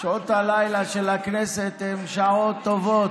שעות הלילה של הכנסת הן שעות טובות.